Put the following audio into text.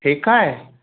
ठीकु आहे